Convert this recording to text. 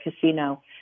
casino